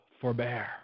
forbear